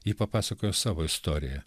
ji papasakojo savo istoriją